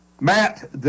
Matt